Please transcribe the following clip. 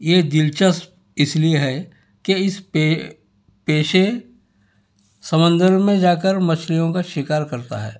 یہ دلچسپ اس لئے ہے کہ اس پے پیشے سمندر میں جا کر مچھلیوں کا شکار کرتا ہے